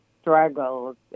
struggles